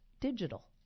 digital